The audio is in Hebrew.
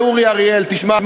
הצעה לאורי אריאל: תשמע,